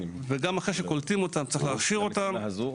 וגם אחרי שקולטים אותם צריך להכשיר אותם למשימה הזו.